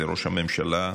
לראש הממשלה,